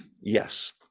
Yes